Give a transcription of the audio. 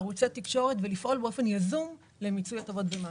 ערוצי תקשורת ולפעול באופן יזום למיצוי הטבות במס.